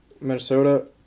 Minnesota